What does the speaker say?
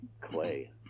clay